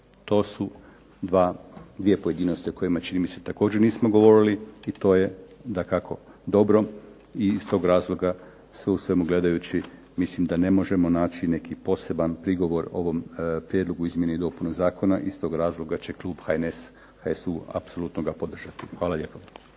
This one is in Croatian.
To su 2 pojedinosti o kojima čini mi se također nismo govorili i to je dakako dobro. I iz tog razloga sve u svemu gledajući mislim da ne možemo naći neki poseban prigovor ovom prijedlogu izmjene i dopune zakona i iz tog razloga će klub HNS-HSU-a apsolutno ga podržati. Hvala lijepo.